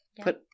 Put